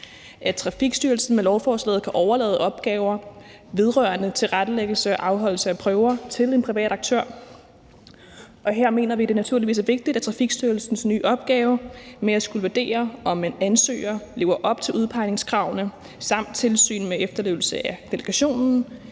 at Trafikstyrelsen med lovforslaget kan overlade opgaver vedrørende tilrettelæggelse og afholdelse af prøver til en privat aktør. Her mener vi, det naturligvis er vigtigt, at Trafikstyrelsens nye opgave med at skulle vurdere, om en ansøger lever op til udpegningskravene, samt tilsyn med efterlevelse af delegationen